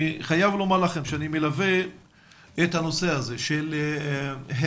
אני חייב לומר לכם שאני מלווה את הנושא הזה של היעדר